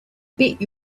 bet